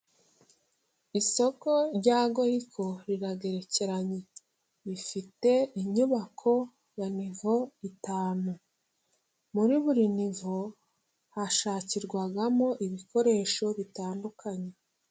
Isoko rya Goyiko riragerekeranye, rifite inyubako ya nivo eshanu, muri buri nivo hashakirwamo ibikoresho bitandukanye.